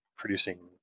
producing